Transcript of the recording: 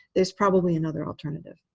there's probably another alternative.